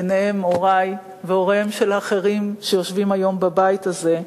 שביניהם הורי והוריהם של אחרים שיושבים היום בבית הזה.